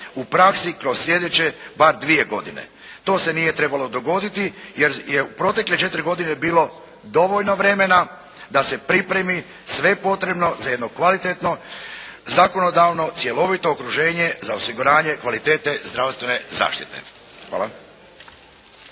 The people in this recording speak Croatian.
u praksi kroz sljedeće bar dvije godine. To se nije trebalo dogoditi jer je u protekle četiri godine bilo dovoljno vremena da se pripremi sve potrebno za jedno kvalitetno zakonodavno, cjelovito okruženje za osiguranje kvalitete zdravstvene zaštite. Hvala.